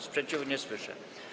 Sprzeciwu nie słyszę.